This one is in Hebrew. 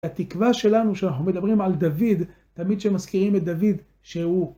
התקווה שלנו כשאנחנו מדברים על דוד, תמיד שמזכירים את דוד שהוא.